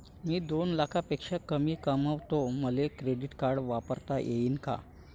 मी दोन लाखापेक्षा कमी कमावतो, मले क्रेडिट कार्ड वापरता येईन का?